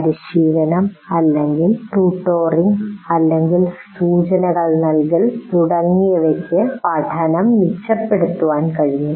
പരിശീലനം അല്ലെങ്കിൽ ട്യൂട്ടോറിംഗ് അല്ലെങ്കിൽ സൂചനകൾ നൽകൽ തുടങ്ങിയവയ്ക്ക് പഠനം മെച്ചപ്പെടുത്താൻ കഴിയും